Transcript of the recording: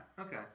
Okay